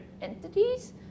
entities